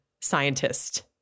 scientist